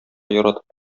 яратып